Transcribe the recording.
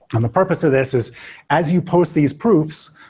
and the purpose of this is as you post these proofs,